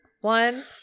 one